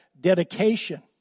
dedication